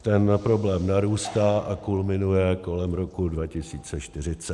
Ten problém narůstá a kulminuje kolem roku 2040.